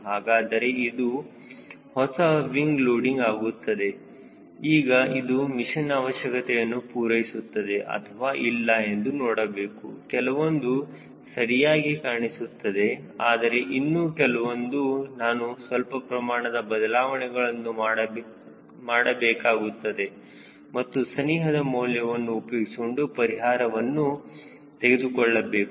ಹಾಗಾದರೆ ಇದು ಹೊಸ ವಿಂಗ್ ಲೋಡಿಂಗ್ ಆಗುತ್ತದೆ ಈಗ ಇದು ಮಿಷನ್ ಅವಶ್ಯಕತೆಯನ್ನು ಪೂರೈಸುತ್ತದೆ ಅಥವಾ ಇಲ್ಲ ಎಂದು ನೋಡಬೇಕು ಕೆಲವೊಂದು ಸರಿಯಾಗಿ ಕಾಣಿಸುತ್ತದೆ ಆದರೆ ಇನ್ನೂ ಕೆಲವೊಂದು ನಾನು ಸ್ವಲ್ಪ ಪ್ರಮಾಣದ ಬದಲಾವಣೆಗಳನ್ನು ಮಾಡಬೇಕಾಗುತ್ತದೆ ಮತ್ತು ಸನಿಹದ ಮೌಲ್ಯವನ್ನು ಉಪಯೋಗಿಸಿಕೊಂಡು ಪರಿಹಾರವನ್ನು ತೆಗೆದುಕೊಳ್ಳಬೇಕು